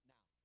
Now